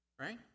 right